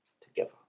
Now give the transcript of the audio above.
together